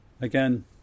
again